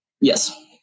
Yes